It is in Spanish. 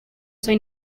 soy